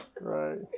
Right